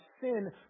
sin